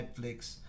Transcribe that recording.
Netflix